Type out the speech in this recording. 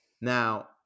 Now